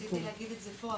אני רק רציתי להגיד את זה פה.